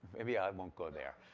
maybe i won't go there.